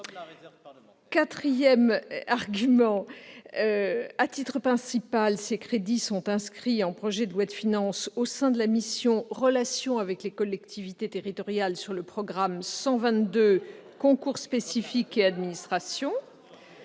Quatrièmement, à titre principal, ces crédits sont inscrits dans le projet de loi de finances au sein de la mission « Relations avec les collectivités territoriales », dans le programme 122 « Concours spécifiques et administration ».